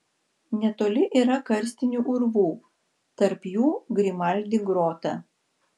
netoli yra karstinių urvų tarp jų grimaldi grota